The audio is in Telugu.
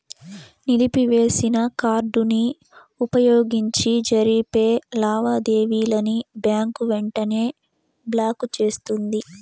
నిలిపివేసిన కార్డుని వుపయోగించి జరిపే లావాదేవీలని బ్యాంకు వెంటనే బ్లాకు చేస్తుంది